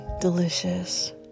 delicious